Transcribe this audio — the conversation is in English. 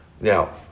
Now